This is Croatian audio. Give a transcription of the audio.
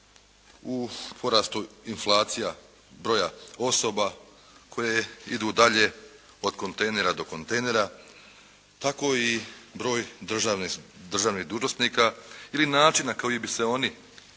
u porastu inflacija broja osoba koje idu dalje od kontejnera do kontejnera tako i broj državnih dužnosnika ili način na koji bi se oni mogli